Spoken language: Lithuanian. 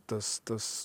tas tas